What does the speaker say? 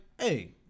Hey